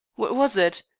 was it?